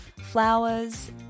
flowers